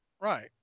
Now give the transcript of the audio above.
Right